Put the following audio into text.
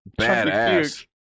badass